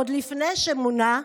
עוד לפני שמונה,